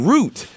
Root